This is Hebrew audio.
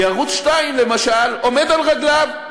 כי ערוץ 2, למשל, עומד על רגליו,